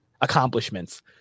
accomplishments